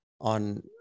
on